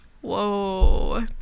Whoa